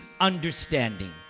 understanding